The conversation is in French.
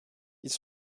ils